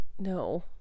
no